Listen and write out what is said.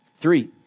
Three